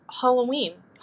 Halloween